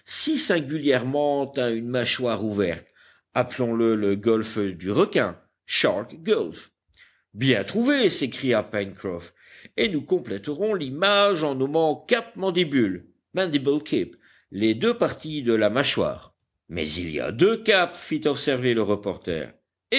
singulièrement à une mâchoire ouverte appelons le golfe du requin shark gulf bien trouvé s'écria pencroff et nous compléterons l'image en nommant cap mandibule mandible cape les deux parties de la mâchoire mais il y a deux caps fit observer le reporter